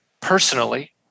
personally